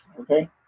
okay